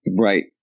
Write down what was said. right